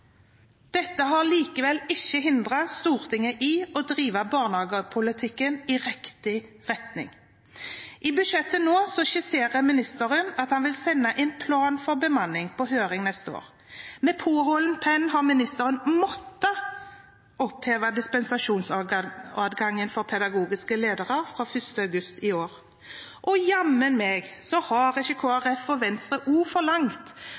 Dette har likevel ikke hindret Stortinget i å drive barnehagepolitikken i riktig retning. I budsjettet skisserer ministeren at hun vil sende en plan for bemanning på høring neste år. Med påholden penn har ministeren måttet oppheve dispensasjonsadgangen for pedagogiske ledere fra 1. august i år, og jammen har Kristelig Folkeparti og